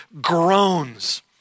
groans